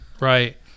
Right